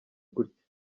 gutya